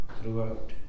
Throughout